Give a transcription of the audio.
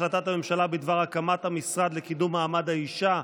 החלטת הממשלה בדבר הקמת המשרד לקידום מעמד האישה,